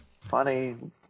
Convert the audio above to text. funny